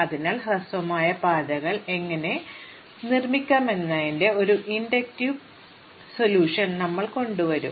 അതിനാൽ ഹ്രസ്വമായ പാതകൾ എങ്ങനെ നിർമ്മിക്കാമെന്നതിന്റെ ഒരു ഇൻഡക്റ്റീവ് പരിഹാരം ഞങ്ങൾ കൊണ്ടുവരും